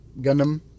Gundam